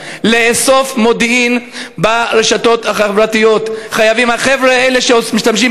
בין השערוריות הרבות שהממשלה